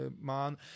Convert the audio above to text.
man